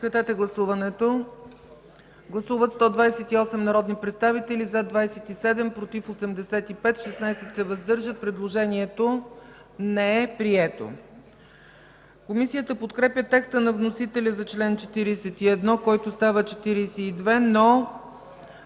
Комисията в подкрепа текста на вносителя за чл. 49, който става чл. 50.